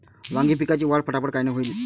वांगी पिकाची वाढ फटाफट कायनं होईल?